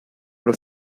los